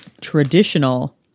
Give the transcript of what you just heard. traditional